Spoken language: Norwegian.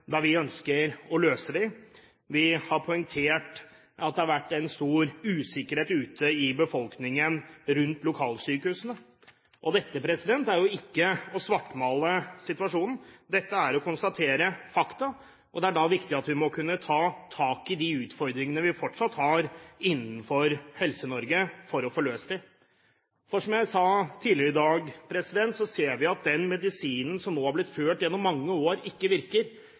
da vi ønsker å løse dem. Vi har poengtert at det har vært en stor usikkerhet ute i befolkningen rundt lokalsykehusene. Dette er jo ikke å svartmale situasjonen. Dette er å konstatere fakta, og det er da viktig at vi må kunne ta tak i de utfordringene vi fortsatt har innenfor Helse-Norge, for å få løst dem. Som jeg sa tidligere i dag, ser vi at den medisinen som har blitt gitt gjennom mange år, ikke virker.